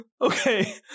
Okay